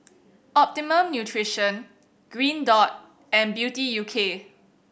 Optimum Nutrition Green Dot and Beauty U K